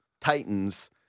Titans